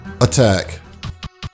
attack